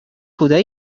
хута